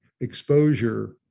exposure